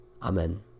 Amen